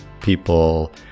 people